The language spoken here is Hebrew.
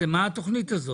לתוכנית?